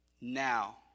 Now